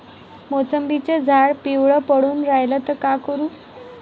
मोसंबीचं झाड पिवळं पडून रायलं त का करू?